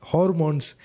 Hormones